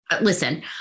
listen